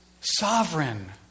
sovereign